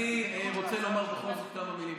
אני רוצה לומר בכל זאת כמה מילים.